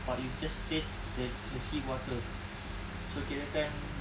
but you just taste the sea water so kirakan